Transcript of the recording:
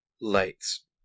Lights